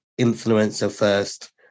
influencer-first